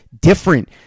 different